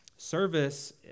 Service